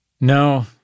No